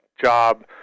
job